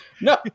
No